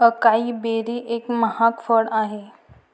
acai berry एक महाग फळ आहे